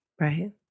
Right